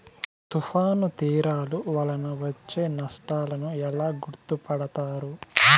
తుఫాను తీరాలు వలన వచ్చే నష్టాలను ఎలా గుర్తుపడతారు?